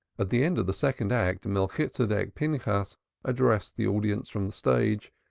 at the end of the second act, melchitsedek pinchas addressed the audience from the stage,